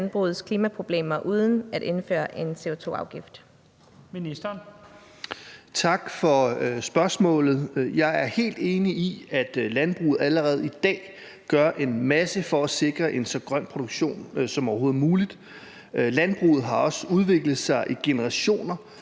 landbrug og fiskeri (Jacob Jensen): Tak for spørgsmålet. Jeg er helt enig i, at landbruget allerede i dag gør en masse for at sikre en så grøn produktion som overhovedet muligt. Landbruget har også udviklet sig i generationer